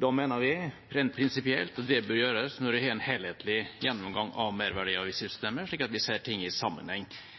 Da mener vi, rent prinsipielt, at det bør gjøres når vi har en helhetlig gjennomgang av merverdiavgiftssystemet, slik at vi kan se ting i sammenheng.